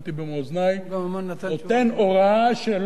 נותן הוראה שלא לחקור אותה.